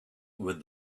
with